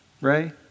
Ray